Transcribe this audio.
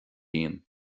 ghrian